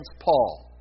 Paul